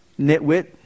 nitwit